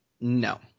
No